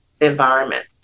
environment